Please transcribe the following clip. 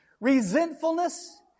Resentfulness